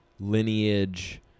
Lineage